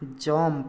jump